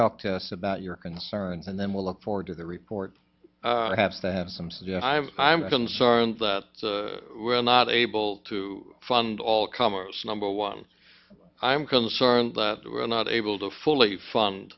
talked to us about your concerns and then we'll look forward to the report has to have some so yeah i'm i'm concerned that we're not able to fund all commerce number one i'm concerned that we're not able to fully fun